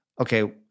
okay